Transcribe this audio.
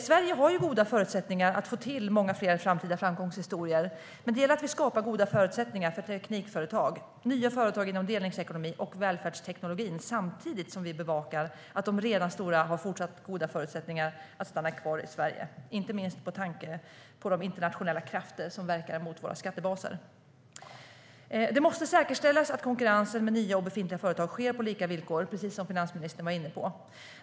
Sverige har goda förutsättningar att få till många fler framtida framgångshistorier, men det gäller att vi skapar goda förutsättningar för teknikföretag och nya företag inom delningsekonomin och välfärdsteknologin samtidigt som vi bevakar att de redan stora även i fortsättningen har goda förutsättningar att stanna kvar i Sverige, inte minst med tanke på de internationella krafter som verkar mot våra skattebaser. Det måste säkerställas att konkurrensen mellan nya och befintliga företag sker på lika villkor, precis som finansministern var inne på.